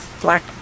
black